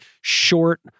short